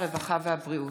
הרווחה והבריאות.